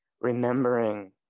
remembering